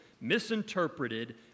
misinterpreted